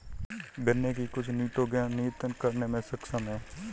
गन्ने की कुछ निटोगेन नियतन करने में सक्षम है